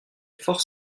fort